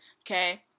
okay